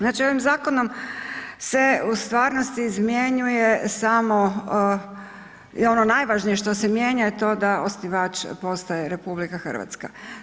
Znači ovim zakonom se u stvarnosti izmjenjuje samo ono najvažnije što se mijenja, a to je da osnivač postaje Republika Hrvatska.